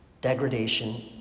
Degradation